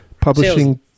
publishing